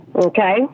Okay